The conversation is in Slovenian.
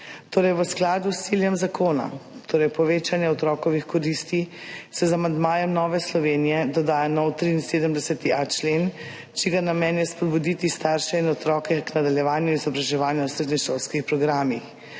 V skladu s ciljem zakona, torej povečanje otrokovih koristi, se z amandmajem Nove Slovenije dodaja nov 73.a člen, čigar namen je spodbuditi starše in otroke k nadaljevanju izobraževanja v srednješolskih programih.